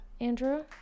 Andrew